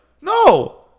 No